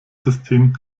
system